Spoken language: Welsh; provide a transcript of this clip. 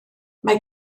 mae